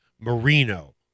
Marino